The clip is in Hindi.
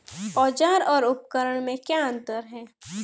औज़ार और उपकरण में क्या अंतर है?